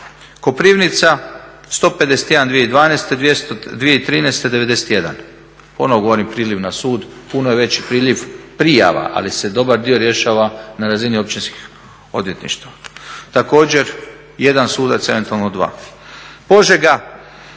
Koprivnica 151 2012., 2013. 91. Ponovno govorim priljev na sud, puno je veći priljev prijava ali se dobar dio rješava na razini općinskih odvjetništava. Također, jedan sudac ili eventualno dva. Požega,